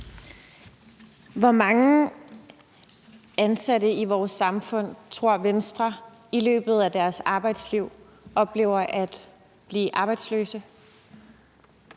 Hvor mange ansatte i vores samfund tror Venstre oplever at blive arbejdsløse i løbet af deres arbejdsliv?